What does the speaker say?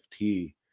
FT